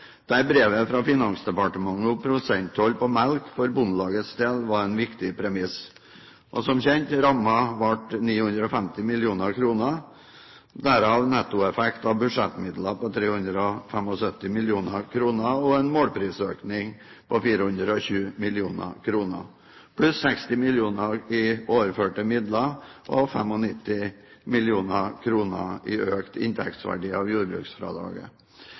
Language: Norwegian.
der brevet fra Finansdepartementet om prosenttoll på melk for Bondelagets del var en viktig premiss. Og som kjent, rammen ble på 950 mill. kr, derav nettoeffekt av budsjettmidler på 375 mill. kr og en målprisøkning på 420 mill. kr, pluss 60 mill. kr i overførte midler og 95 mill. kr i økt inntektsverdi av jordbruksfradraget.